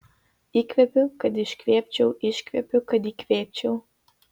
įkvepiu kad iškvėpčiau iškvepiu kad įkvėpčiau